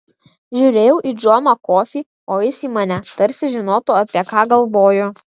žiūrėjau į džoną kofį o jis į mane tarsi žinotų apie ką galvoju